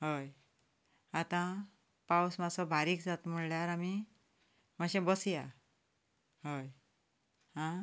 हय आतां पावस मातसो बारीक जाता म्हणल्यार आमी मातशें बसया हय आं